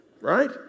right